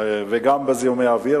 וגם בזיהומי אוויר?